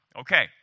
okay